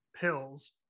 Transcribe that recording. pills